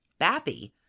Bappy